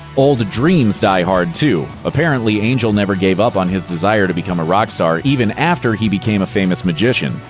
old dreams die hard, too. apparently angel never gave up on his desire to become a rock star, even after he became a famous magician.